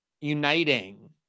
uniting